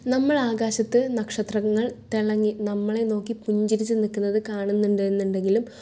നമ്മളാകാശത്ത് നക്ഷത്രങ്ങൾ തിളങ്ങി നമ്മളെ നോക്കി പുഞ്ചിരിച്ച് നിൽക്കുന്നത് കാണുന്നുണ്ടെന്നുണ്ടെങ്കിലും